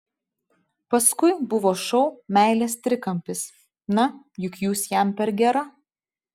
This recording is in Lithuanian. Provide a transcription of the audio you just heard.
paskui buvo šou meilės trikampis na juk jūs jam per gera